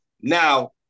Now